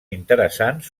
interessants